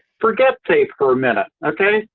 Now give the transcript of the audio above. forget fape for a minute. okay?